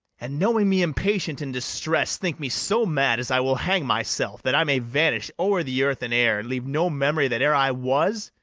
and, knowing me impatient in distress, think me so mad as i will hang myself, that i may vanish o'er the earth in air, and leave no memory that e'er i was?